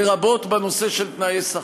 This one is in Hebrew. לרבות בנושא של תנאי שכר.